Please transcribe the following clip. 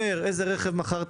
אתה אומר איזה רכב מכרת,